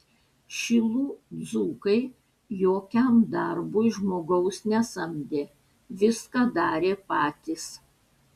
šilų dzūkai jokiam darbui žmogaus nesamdė viską darė patys